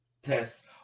Tests